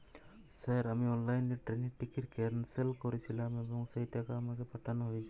Sir আমি অনলাইনে ট্রেনের টিকিট ক্যানসেল করেছিলাম এবং সেই টাকা আমাকে পাঠানো হয়েছে?